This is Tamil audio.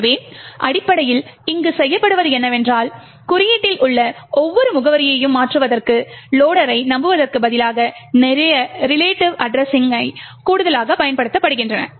எனவே அடிப்படையில் இங்கு செய்யப்படுவது என்னவென்றால் குறியீட்டில் உள்ள ஒவ்வொரு முகவரியையும் மாற்றுவதற்கு லொடர்ரை நம்புவதற்குப் பதிலாக நிறைய ரிலேட்டிவ் அட்ரஸிங் கூடுதலாகப் பயன்படுத்தப்படுகின்றன